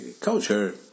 culture